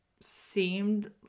seemed